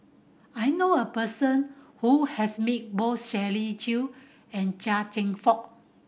I know a person who has met both Shirley Chew and Chia Cheong Fook